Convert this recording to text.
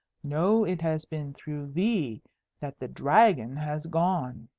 know it has been through thee that the dragon has gone!